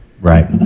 Right